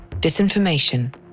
disinformation